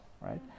right